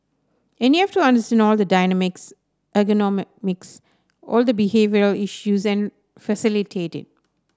and you have to understand all the dynamics ergonomics all the behavioural issues and facilitate it